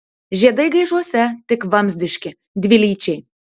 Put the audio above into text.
žiedai graižuose tik vamzdiški dvilyčiai